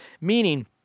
meaning